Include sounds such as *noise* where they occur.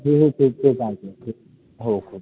हो हो तेच तेच *unintelligible* हो हो